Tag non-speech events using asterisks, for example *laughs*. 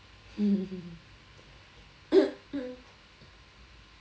*laughs* *coughs*